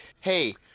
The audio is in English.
hey